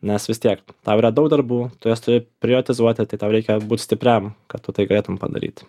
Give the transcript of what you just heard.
nes vis tiek tau yra daug darbų tu juos turi priotizuoti tai tau reikia būt stipriam kad tu tai galėtum padaryti